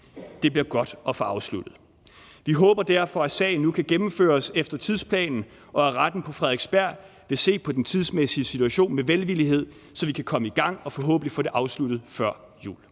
Det bliver godt at få afsluttet. Vi håber derfor, at sagen nu kan gennemføres efter tidsplanen, og at retten på Frederiksberg vil se på den tidsmæssige situation med velvillighed, så vi kan komme i gang og forhåbentlig få det afsluttet før jul.